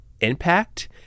impact